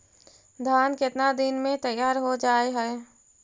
धान केतना दिन में तैयार हो जाय है?